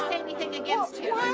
against you.